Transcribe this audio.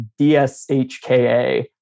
dshka